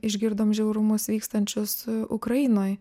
išgirdom žiaurumus vykstančius ukrainoj